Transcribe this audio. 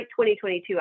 2022